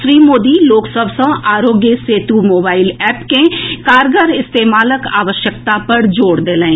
श्री मोदी लोक सभ सॅ आरोग्य सेतु मोबाईल एप के कारगर इस्तेमालक आवश्यकता पर जोर देलनि